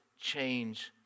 change